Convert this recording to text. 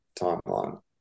timeline